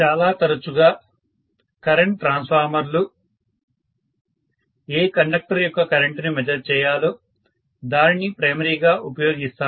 చాలా తరచుగా current transformer లు ఏ కండక్టర్ యొక్క కరెంటుని మెజర్ చేయాలో దానిని ప్రైమరీ గా ఉపయోగిస్తాయి